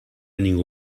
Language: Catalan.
ningú